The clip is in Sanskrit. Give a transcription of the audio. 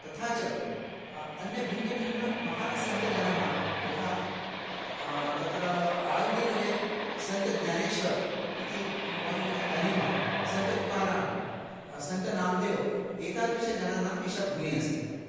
तथा च अन्यभिन्नभिन्नमहान् सन्तजनः यथा तत्रा आळन्दीमरे सन्तज्ञानेश्वर् इति वयं यद् जानीमः सन्ततुकाराम् सन्तनाम्देव् एतादृशजनानाम् एषा भूमिः अस्ति